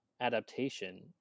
adaptation